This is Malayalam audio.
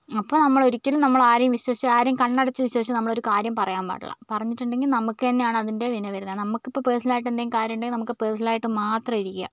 അപ്പോൾ നമ്മൾ ഒരിക്കലും നമ്മൾ ആരെയും വിശ്വസിച്ച് ആരെയും കണ്ണടച്ച് വിശ്വസിച്ച് നമ്മൾ ഒരു കാര്യം പറയാൻ പാടില്ല പറഞ്ഞിട്ടുണ്ടെങ്കിൽ നമുക്ക് തന്നെയാണ് അതിൻ്റെ വിന വരുന്നത് നമുക്ക് ഇപ്പോൾ പേഴ്സണൽ ആയിട്ട് എന്തെങ്കിലും കാര്യം ഉണ്ടെങ്കിൽ നമുക്ക് പേഴ്സണൽ ആയിട്ട് മാത്രം ഇരിക്കുക